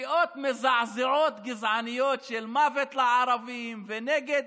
קריאות מזעזעות גזעניות של "מוות לערבים" ונגד